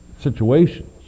situations